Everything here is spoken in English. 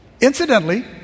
Incidentally